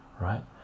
right